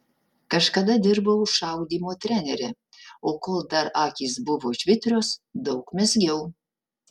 kažkada dirbau šaudymo trenere o kol dar akys buvo žvitrios daug mezgiau